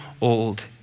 old